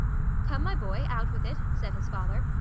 come, my boy, out with it! said his father.